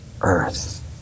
earth